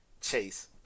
Chase